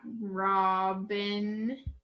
Robin